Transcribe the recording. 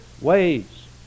ways